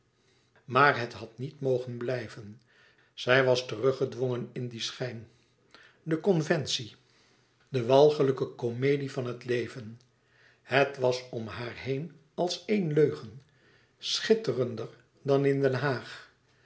maar het had niet mogen blijven zij was terug gedwongen in dien schijn de conventie de walgelijke comedie van het leven het was om haar heen als eén leugen schitterender dan in den haag